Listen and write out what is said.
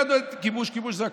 אם אתה, כיבוש, כיבוש, זה הכול.